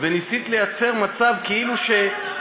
וניסית לייצר מצב כאילו, לא.